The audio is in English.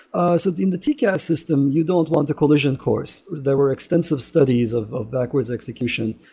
ah so in the tcas system, you don't want a collision course. there were extensive studies of of backwards execution,